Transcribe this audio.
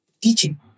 teaching